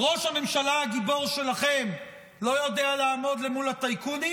ראש הממשלה הגיבור שלכם לא יודע לעמוד מול הטייקונים?